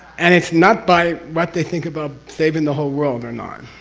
and it's not by what they think about saving the whole world or not.